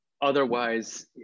Otherwise